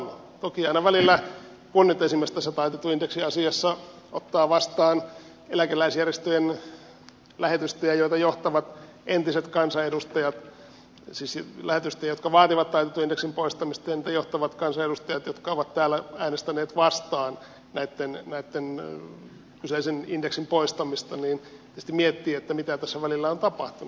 toki aina välillä kun nyt esimerkiksi tässä taitetun indeksin asiassa ottaa vastaan eläkeläisjärjestöjen lähetystöjä joita johtavat entiset kansanedustajat siis lähetystöjä jotka vaativat taitetun indeksin poistamista ja joita johtavat kansanedustajat jotka ovat täällä äänestäneet vastaan kyseisen indeksin poistamista niin tietysti miettii mitä tässä välillä on tapahtunut